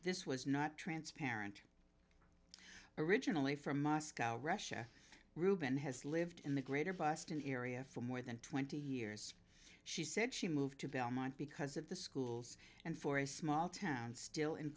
this was not transparent originally from moscow russia ruben has lived in the greater boston area for more than twenty years she said she moved to belmont because of the schools and for a small town still in